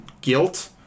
Guilt